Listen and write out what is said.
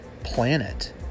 planet